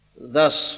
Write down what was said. Thus